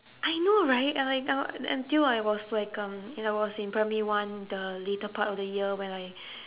I know right uh like uh until I was like um when I was in primary one the later part of the year when I